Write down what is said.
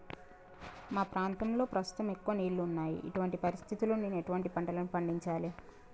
మా ప్రాంతంలో ప్రస్తుతం ఎక్కువ నీళ్లు ఉన్నాయి, ఇటువంటి పరిస్థితిలో నేను ఎటువంటి పంటలను పండించాలే?